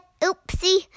oopsie